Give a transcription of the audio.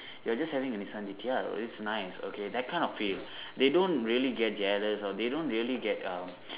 you're just having a Nissan G_T_R oh it's nice okay that kind of feel they don't really get jealous or they don't really get um